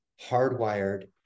hardwired